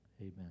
amen